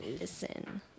Listen